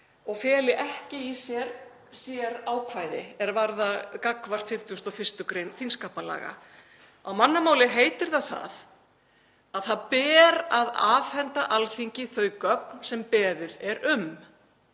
og feli ekki í sér sérákvæði gagnvart 51. gr. þingskapalaga. Á mannamáli heitir það að það ber að afhenda Alþingi þau gögn sem beðið er um,